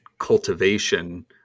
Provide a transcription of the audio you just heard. cultivation